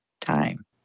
time